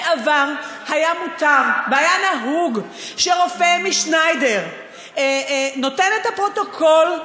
בעבר היה מותר והיה נהוג שרופא משניידר נותן את הפרוטוקול,